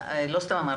לא סתם אמרתי,